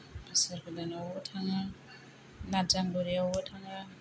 बोसोर गोदानावबो थाङो नादजांगुरियावबो थाङो